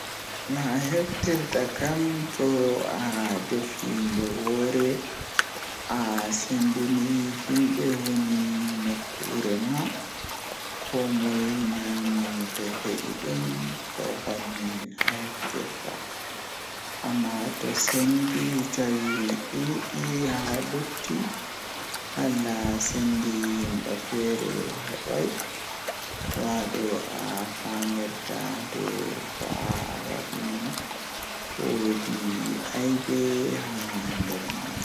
Ndikkinami mi dilli haa dow keke taya didi ngam kanjum do mi dillan feere am nden mi yahan mi yotta wakkati jei mi mari haaje wala mo darni am walamo aati am haala hunde feere.